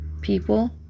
people